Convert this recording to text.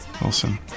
Awesome